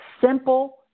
simple